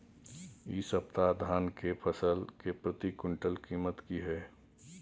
इ सप्ताह धान के फसल के प्रति क्विंटल कीमत की हय?